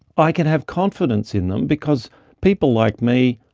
i can have confidence in them because people like me,